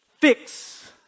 fix